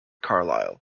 carlyle